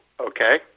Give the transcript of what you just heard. Okay